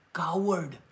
coward।